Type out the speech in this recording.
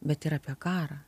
bet ir apie karą